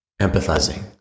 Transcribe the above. empathizing